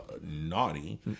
naughty